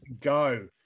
go